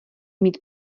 mít